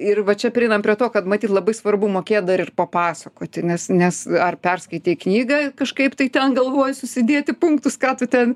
ir va čia prieinam prie to kad matyt labai svarbu mokėt dar ir papasakoti nes nes ar perskaitei knygą kažkaip tai ten galvoj susidėti punktus ką tu ten